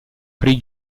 prix